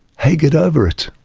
hey, get over it,